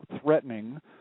threatening